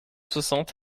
soixante